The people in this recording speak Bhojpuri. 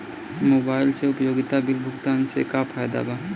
मोबाइल से उपयोगिता बिल भुगतान से का फायदा बा?